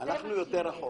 זה מה שיהיה.